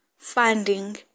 funding